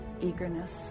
eagerness